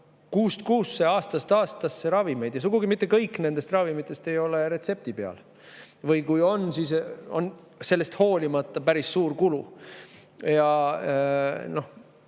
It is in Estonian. kuust kuusse ja aastast aastasse ravimeid [võtta]. Sugugi mitte kõik nendest ravimitest ei ole retsepti peal. Või kui ka on, siis on nad sellest hoolimata päris suur kulu. Seda